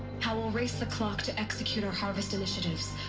how we'll race the clock to execute our harvest initiatives.